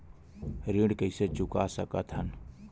ऋण कइसे चुका सकत हन?